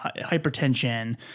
hypertension